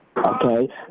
Okay